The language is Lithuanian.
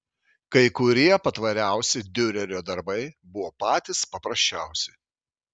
kai kurie patvariausi diurerio darbai buvo patys paprasčiausi